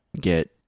get